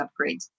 upgrades